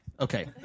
Okay